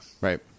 Right